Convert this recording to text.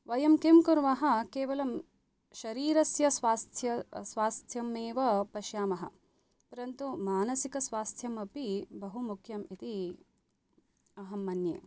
वयं किं कुर्मः केवलं शरीरस्य स्वास्थ्य स्वास्थ्यमेव पश्यामः परन्तु मानसिकस्वास्थ्यम् अपि बहुमुख्यम् इति अहं मन्ये